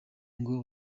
ngo